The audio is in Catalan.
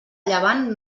llevant